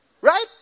Right